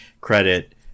credit